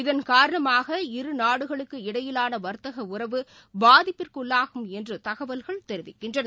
இதன் காரணமாக இரு நாடுகளுக்கு இடையிலானவர்த்தக உறவு பாதிப்புக்குள்ளாகும் என்றுதகவல்கள் தெரிவிக்கின்றன